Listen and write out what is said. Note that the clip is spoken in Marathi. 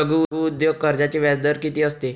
लघु उद्योग कर्जाचे व्याजदर किती असते?